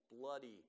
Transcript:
bloody